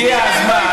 הגיע הזמן,